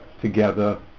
together